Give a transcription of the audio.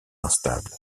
instable